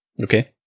Okay